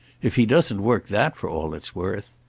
if he doesn't work that for all it's worth!